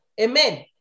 Amen